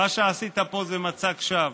מה שעשית פה זה מצג שווא.